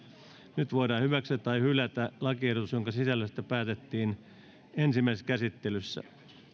nyt voidaan hyväksyä tai hylätä lakiehdotus jonka sisällöstä päätettiin ensimmäisessä käsittelyssä